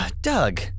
Doug